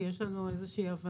כי יש לנו איזושהי הבנה.